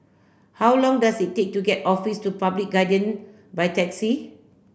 how long does it take to get Office to Public Guardian by taxi